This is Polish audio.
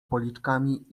policzkami